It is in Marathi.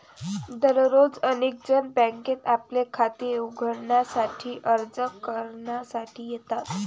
दररोज अनेक जण बँकेत आपले खाते उघडण्यासाठी अर्ज करण्यासाठी येतात